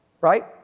right